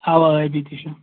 اَوہ ٲبی تہِ چھُ